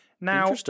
Now